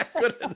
Good